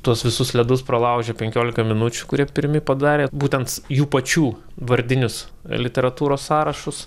tuos visus ledus pralaužė penkiolika minučių kurie pirmi padarė būtent jų pačių vardinius literatūros sąrašus